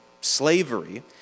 slavery